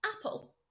Apple